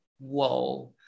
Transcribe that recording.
whoa